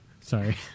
Sorry